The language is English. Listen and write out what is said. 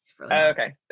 Okay